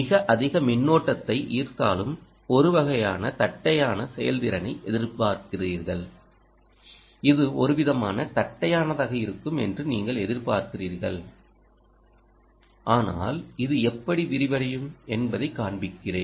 மிக அதிக மின்னோட்டத்தை ஈர்த்தாலும் ஒரு வகையான தட்டையான செயல்திறனை எதிர்பார்க்கிறீர்கள் இது ஒருவிதமான தட்டையானதாக இருக்கும் என்று நீங்கள் எதிர்பார்க்கிறீர்கள் ஆனால் இது எப்படி விரிவடையும் என்பதை காண்பிக்கிறேன்